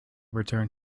return